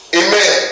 amen